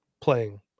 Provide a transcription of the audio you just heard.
playing